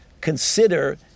consider